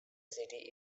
city